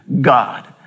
God